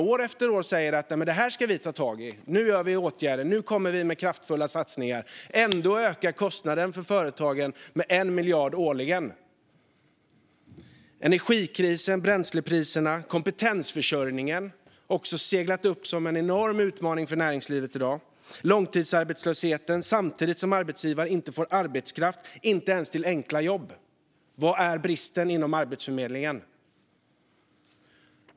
År efter år säger man att man ska ta tag i arbetet. Nu vidtas åtgärder, och nu blir det kraftfulla satsningar. Ändå ökar kostnaden för företagen med 1 miljard årligen. Energikrisen, bränslepriserna och kompetensförsörjningen har också seglat upp som en enorm utmaning för näringslivet i dag. Sedan är det långtidsarbetslösheten, samtidigt som arbetsgivare inte får tag i arbetskraft ens till enkla jobb. Vad är det som brister inom Arbetsförmedlingen?